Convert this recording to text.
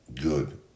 good